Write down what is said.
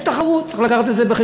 יש תחרות, צריך לקחת את זה בחשבון.